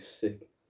sick